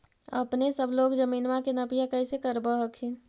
अपने सब लोग जमीनमा के नपीया कैसे करब हखिन?